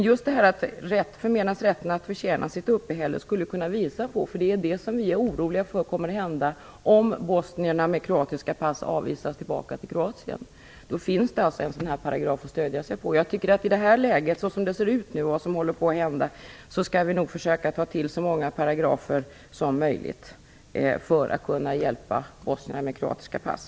Just detta att "förmenas rätten att förtjäna sitt uppehälle" skulle man kunna påvisa. Vi är oroliga för att det kommer att bli så om bosnierna med kroatiska pass avvisas tillbaka till Kroatien. Då finns det alltså en paragraf att stödja sig på. I det här läget, såsom det nu ser ut, skall vi nog försöka ta till så många paragrafer som möjligt om vi skall kunna hjälpa de bosnier som har kroatiska pass.